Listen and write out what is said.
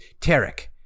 Tarek